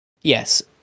Yes